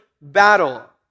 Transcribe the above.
battle